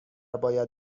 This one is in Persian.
باید